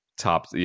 top